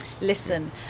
listen